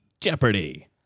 Jeopardy